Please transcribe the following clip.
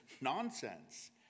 nonsense